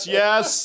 yes